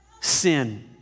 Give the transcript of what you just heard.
sin